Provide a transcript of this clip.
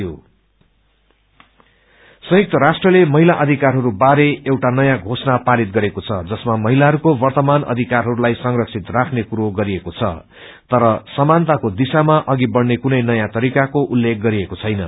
हुसन राईट संयुक्त राष्ट्रले महिला अधिकरहरू बारे एउटा नयाँ घोषणा पारित गरेको छ जसमा महिलाहरूको वर्तमान अधिकारहरूलाई संरक्षित राख्ने कुरो गरिएको तर समानताको विशामा अधि बढ़ने कुनै नयाँ तरीकाको पक्षमा छैन